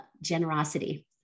generosity